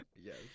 yes